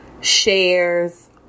shares